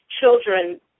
children